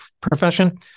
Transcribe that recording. profession